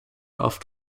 oft